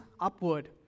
upward